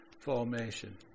formation